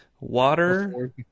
Water